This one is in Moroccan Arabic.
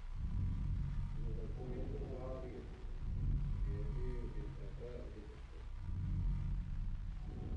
اللغة ألم هي اللغة العربية، ديالي وديال الآباء وديال الأجداد